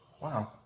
Wow